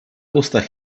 ustach